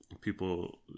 people